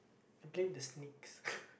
and play with the snakes